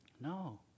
No